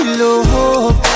love